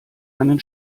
einen